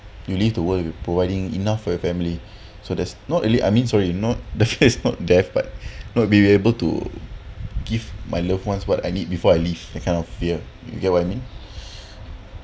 you leave the world you providing enough for your family so there's not really I mean sorry not the fear is not death but not being able to give my loved ones what I need before I leave that kind of fear you get what I mean